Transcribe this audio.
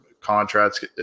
contracts